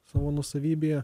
savo nuosavybėje